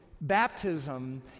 baptism